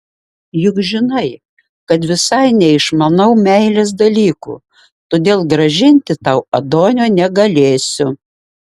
juk žinai kad visai neišmanau meilės dalykų todėl grąžinti tau adonio negalėsiu